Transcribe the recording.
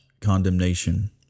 condemnation